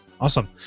Awesome